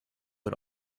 had